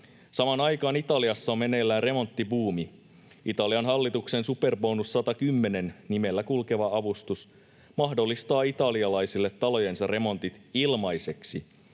Samaan aikaan Italiassa on meneillään remonttibuumi. Italian hallituksen Superbo-nus 110 ‑nimellä kulkeva avustus mahdollistaa italialaisille talojensa remontit ilmaiseksi;